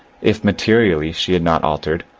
if materially she had not altered,